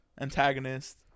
antagonist